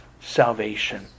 salvation